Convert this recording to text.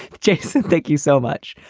jason, thank you so much.